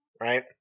right